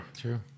true